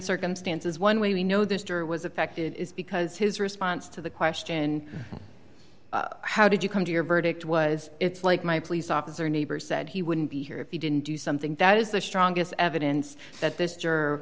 circumstances one way we know this juror was affected is because his response to the question how did you come to your verdict was it's like my police officer neighbor said he wouldn't be here if he didn't do something that is the strongest evidence that this